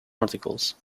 articles